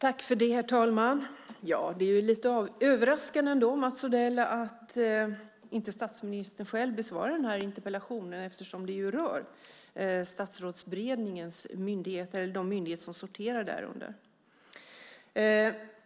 Herr talman! Ja, det är ändå lite överraskande, Mats Odell, att inte statsministern själv besvarar interpellationen eftersom den rör de myndigheter som sorterar under Statsrådsberedningen.